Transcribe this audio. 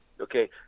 Okay